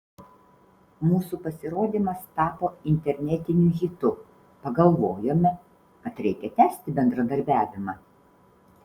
mūsų pasirodymas tapo internetiniu hitu pagalvojome kad reikia tęsti bendradarbiavimą